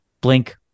blink